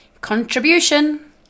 Contribution